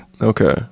Okay